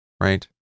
right